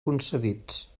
concedits